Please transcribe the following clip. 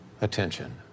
attention